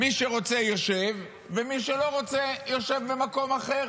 מי שרוצה יושב ומי שלא רוצה יושב במקום אחר.